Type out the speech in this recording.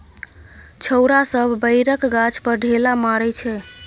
छौरा सब बैरक गाछ पर ढेला मारइ छै